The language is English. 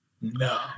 no